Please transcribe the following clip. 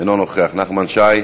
אינו נוכח, נחמן שי,